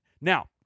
now